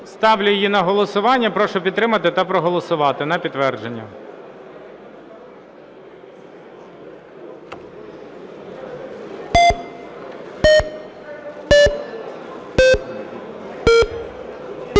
Ставлю її на голосування. Прошу підтримати та проголосувати на підтвердження.